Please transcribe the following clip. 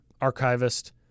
Archivist